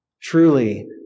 Truly